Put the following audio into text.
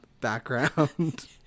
background